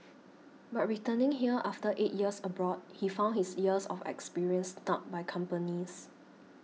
but returning here after eight years abroad he found his years of experience snubbed by companies